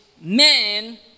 Men